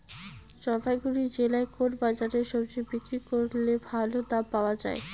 জলপাইগুড়ি জেলায় কোন বাজারে সবজি বিক্রি করলে ভালো দাম পাওয়া যায়?